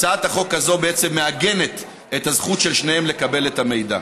הצעת החוק הזאת בעצם מעגנת את הזכות של שניהם לקבל את המידע.